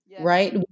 Right